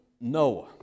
Noah